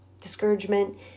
Discouragement